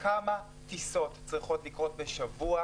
של אנשים שבוטלו להם טיסות, ובכוונה